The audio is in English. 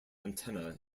antenna